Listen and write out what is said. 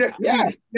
yes